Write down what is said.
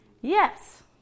Yes